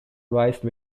rise